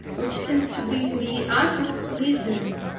which seemed to be in the utmost misery,